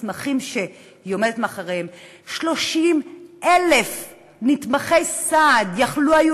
מסמכים שהיא עומדת מאחוריהם: 30,000 נתמכי סעד היו יכולים